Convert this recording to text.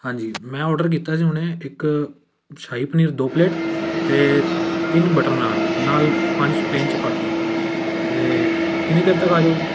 ਹਾਂਜੀ ਮੈਂ ਔਡਰ ਕੀਤਾ ਸੀ ਹੁਣੇ ਇੱਕ ਸ਼ਾਹੀ ਪਨੀਰ ਦੋ ਪਲੇਟ ਅਤੇ ਤਿੰਨ ਬਟਰ ਨਾਨ ਨਾਲ ਪੰਜ ਸਪਲੇਨ ਚਪਾਤੀ ਅਤੇ ਕਿੰਨੀ ਦੇਰ ਤੱਕ ਆ ਜਾਉਂਗੇ